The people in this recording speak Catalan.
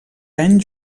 any